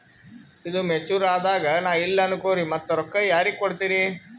ಈದು ಮೆಚುರ್ ಅದಾಗ ನಾ ಇಲ್ಲ ಅನಕೊರಿ ಮತ್ತ ರೊಕ್ಕ ಯಾರಿಗ ಕೊಡತಿರಿ?